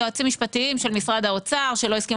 יועצים משפטיים של משרד האוצר שלא הסכימו